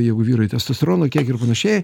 jeigu vyrai testosterono kiekį ir panašiai